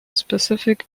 specific